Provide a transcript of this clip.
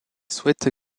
souhaite